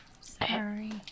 Sorry